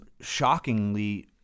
shockingly